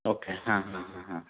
okay ಹಾಂ ಹಾಂ ಹಾಂ ಹಾಂ